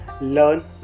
Learn